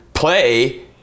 play